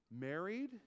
married